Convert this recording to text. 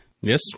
Yes